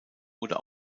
oder